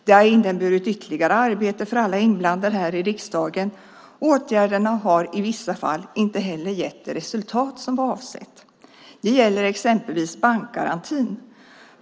Det har inneburit ytterligare arbete för alla inblandade här i riksdagen, och åtgärderna har i vissa fall inte heller gett det resultat som var avsett. Det gäller exempelvis bankgarantin.